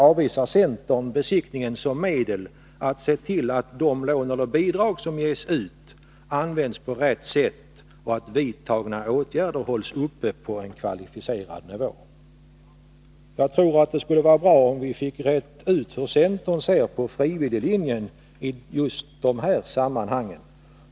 — Avvisar centern besiktningen som medel för att se till att de lån eller bidrag som lämnas används på rätt sätt och att vidtagna åtgärder hålls uppe på en kvalificerad nivå? Jag tror att det skulle vara bra om vi fick utrett hur centern ser på frivillighetslinjen i just de här sammanhangen.